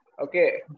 Okay